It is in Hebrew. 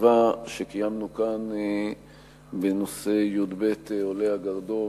בישיבה שקיימנו כאן בנושא י"ב עולי הגרדום.